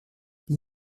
die